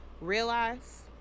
realize